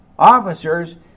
Officers